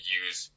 use